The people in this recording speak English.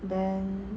then